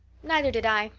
neither did i.